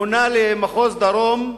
מונה למחוז דרום,